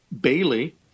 bailey